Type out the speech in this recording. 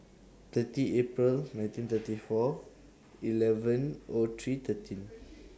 thirty April nineteen thirty four eleven O three thirteen